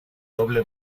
doble